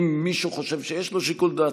אם מישהו חושב שיש לו שיקול דעת,